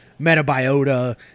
Metabiota